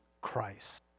Christ